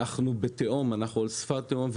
אנחנו על שפת התהום.